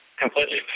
completely